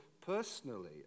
personally